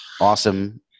awesome